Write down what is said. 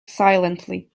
silently